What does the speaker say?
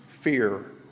fear